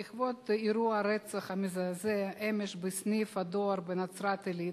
בעקבות אירוע הרצח המזעזע אמש בסניף הדואר בנצרת-עילית,